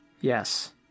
Yes